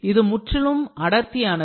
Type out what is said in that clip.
இது முற்றிலும் அடர்த்தியானது